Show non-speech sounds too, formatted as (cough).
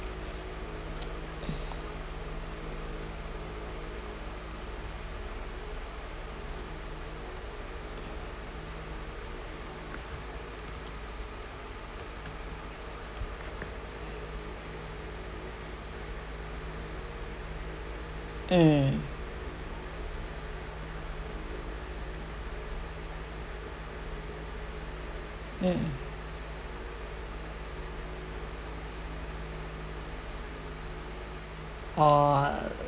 mm (breath) mm mmhmm oh